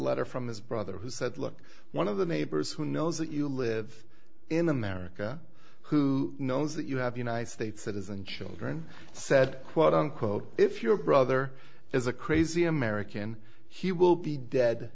letter from his brother who said look one of the neighbors who knows that you live in america who knows that you have united states citizen children said quote unquote if your brother is a crazy american he will be dead